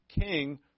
king